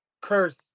curse